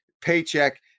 paycheck